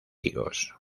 higos